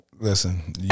Listen